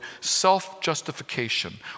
self-justification